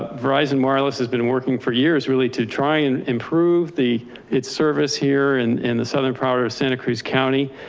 ah verizon wireless has been working for years really to try and improve the it service here and in the southern prouder of santa cruz county.